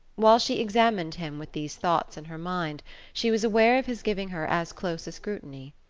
while she examined him with these thoughts in her mind she was aware of his giving her as close a scrutiny.